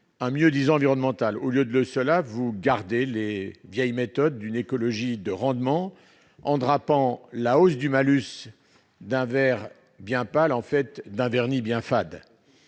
du mieux-disant environnemental ! Au lieu de cela, vous gardez les vieilles méthodes de l'écologie de rendement en drapant la hausse du malus d'un vert bien pâle et en le recouvrant d'un vernis bien fade.